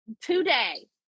Today